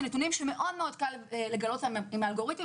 אלה נתונים שקל מאוד לגלות אותם עם האלגוריתם,